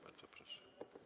Bardzo proszę.